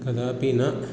कदापि न